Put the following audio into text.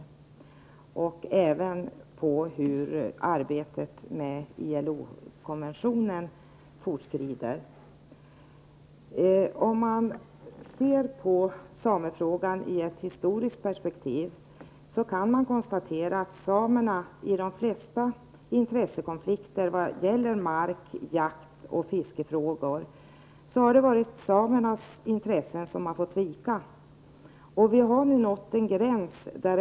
Jag skulle även vilja ha ett besked om hur arbetet med ILO konventionen fortskrider. Om man ser på samefrågan i ett historiskt perspektiv kan man konstatera att det vid de flesta intressekonflikter vad gäller mark-, jakt och fiskefrågor har varit samernas intressen som har fått vika. Vi har nu nått en gräns.